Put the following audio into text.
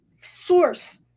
source